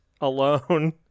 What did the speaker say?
alone